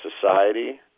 society